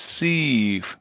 receive